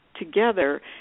Together